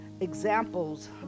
examples